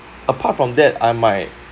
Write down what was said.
apart from that I might